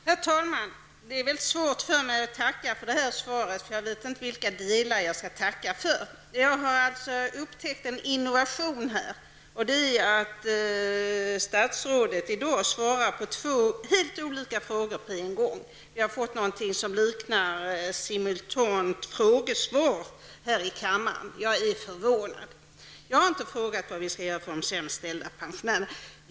Herr talman! Det är väldigt svårt för mig att tacka för det här svaret, för jag vet inte vilka delar jag skall tacka för. Det är en innovation att statsrådet i dag svarar på två helt olika frågor på en gång. Vi har fått någonting som man skulle kunna kalla simultant frågesvar här i kammaren. Jag är förvånad! Jag har inte frågat vad vi skall göra för de sämst ställda pensionärerna.